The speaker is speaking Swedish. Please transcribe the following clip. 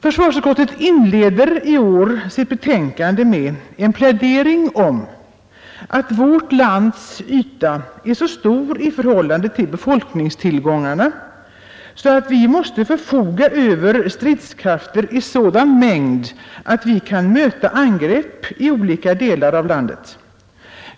Försvarsutskottet inleder sitt betänkande med en plädering om att vårt lands yta är så stor i förhållande till befolkningstillgångarna att vi måste förfoga över stridskrafter i sådan mängd att vi kan möta angrepp i olika delar av landet.